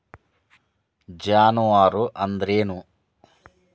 ಜಾನುವಾರು ಅಂದ್ರೇನು?